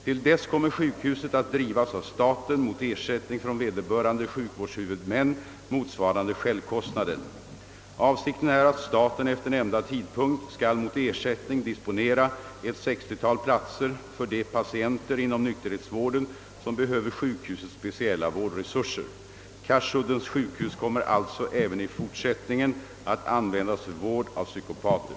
Till dess kommer sjukhuset att drivas av staten mot ersättning från vederbörande sjukvårdshuvudmän motsvarande självkostnaden. Avsikten är att staten efter nämnda tidpunkt skall mot ersättning disponera ett sextiotal platser för de patienter inom nykterhetsvården som behöver sjukhusets speciella vårdresurser. Karsuddens sjukhus kommer alltså även i fortsättningen att användas för vård av psykopater.